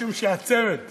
משום שהצוות